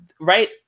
right